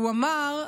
והוא אמר: